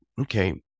okay